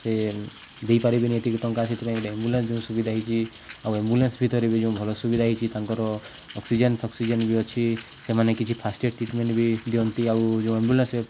ସେ ଦେଇପାରିବିନି ଏତିକି ଟଙ୍କା ଆ ସେଥିପାଇଁ ଏମ୍ବୁଲାନ୍ସ ଯଉଁ ସୁବିଧା ହେଇଛି ଆମ୍ବୁଲାନ୍ସ ଭିତରେ ବି ଯେଉଁ ଭଲ ସୁବିଧା ହେଇଛି ତାଙ୍କର ଅକ୍ସିଜେନ୍ ଫକ୍ସିଜେନ୍ ବି ଅଛି ସେମାନେ କିଛି ଫାଷ୍ଟଏଡ଼୍ ଟ୍ରିଟମେଣ୍ଟ ବି ଦିଅନ୍ତି ଆଉ ଯେଉଁ ଆମ୍ବୁଲାନ୍ସରେ